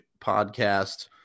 podcast